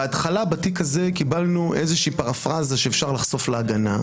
בהתחלה בתיק הזה קיבלנו איזה פרפרזה שאפשר לחשוף להגנה.